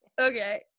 okay